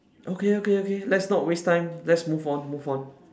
okay okay okay let's not waste time let's move on move on